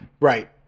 Right